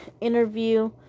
interview